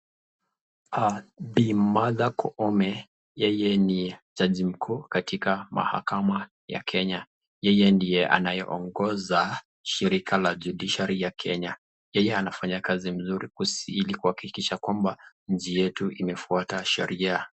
Bi. Martha Koome yeye ni jaji mkuu katika mahakama ya Kenya, yeye ndiye anayeongoza shirika ya la (cs) judiciary (cs) ya Kenya, yeye anafanya kazi nzuri in ili kuhakikisha ya kwamba nchi yetu imefuata sheria.